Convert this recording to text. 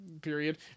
period